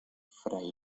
fray